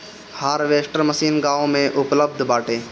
harvester machine गाँव में उपलब्ध बाटे